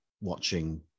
watching